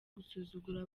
gusuzugura